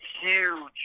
huge